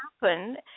happen